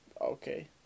Okay